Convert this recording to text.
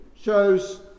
shows